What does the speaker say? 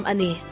Ani